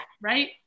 Right